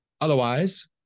Otherwise